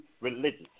religious